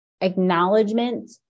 Acknowledgement